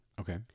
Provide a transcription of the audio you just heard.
Okay